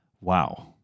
Wow